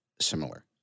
similar